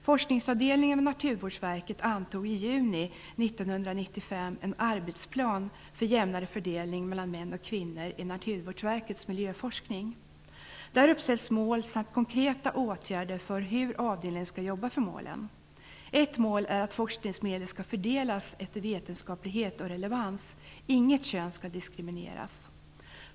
Forskningsavdelningen vid Naturvårdsverket antog i juni 1995 en arbetsplan för jämnare fördelning mellan män och kvinnor i Naturvårdsverkets miljöforskning. Där uppsätts mål samt konkreta åtgärder för hur avdelningen skall jobba för målen. Ett mål är att forskningsmedel skall fördelas efter vetenskaplighet och relevans. Inget kön skall diskrimineras.